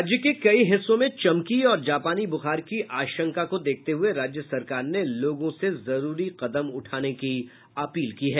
राज्य के कई हिस्सों में चमकी और जापानी ब्रखार की आशंका को देखते हुए राज्य सरकार ने लोगों से जरूरी कदम उठाने की अपील की है